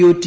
U T